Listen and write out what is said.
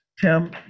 Tim